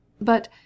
But—